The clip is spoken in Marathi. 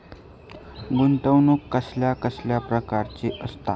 गुंतवणूक कसल्या कसल्या प्रकाराची असता?